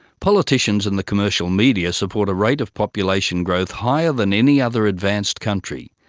politicians and the commercial media support a rate of population growth higher than any other advanced country,